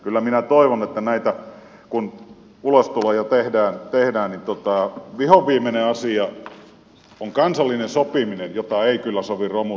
kyllä minä toivon että kun näitä ulostuloja tehdään niin vihoviimeinen asia on kansallinen sopiminen jota ei kyllä sovi romuttaa